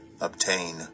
obtain